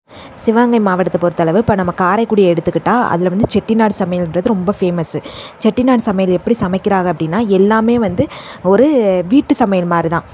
சிவகங்கை மாவட்டத்தை பொறுத்தளவு இப்போ நம்ம காரைக்குடி எடுத்துக்குட்டால் அதில் வந்து செட்டிநாடு சமையால்ன்றது ரொம்ப ஃபேமஸு செட்டிநாடு சமையல் எப்படி சமைக்கிறாங்க அப்படின்னா எல்லாமே வந்து ஒரு வீட்டு சமையல் மாதிரிதான்